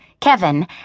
Kevin